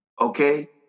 Okay